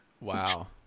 Wow